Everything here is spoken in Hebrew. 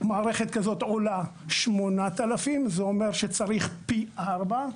מערכת כזו עולה 8,000, זה אומר שצריך פי ארבע,